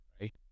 right